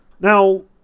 Now